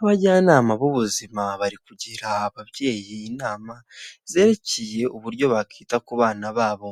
Abajyanama b'ubuzima bari kugira ababyeyi inama zerekeye uburyo bakita ku bana babo,